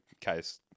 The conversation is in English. case